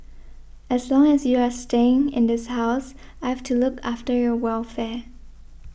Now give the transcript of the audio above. as long as you are staying in this house I've to look after your welfare